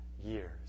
years